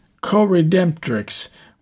co-redemptrix